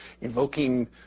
invoking